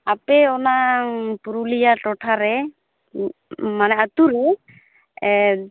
ᱟᱯᱮ ᱚᱱᱟ ᱯᱩᱨᱩᱞᱤᱭᱟᱹ ᱴᱚᱴᱷᱟ ᱨᱮ ᱢᱟᱱᱮ ᱟᱹᱛᱩ ᱨᱮ ᱮᱸᱜ